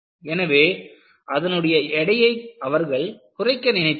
எனவே அதனுடைய எடையை அவர்கள் குறைக்க நினைத்தார்கள்